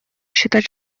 считать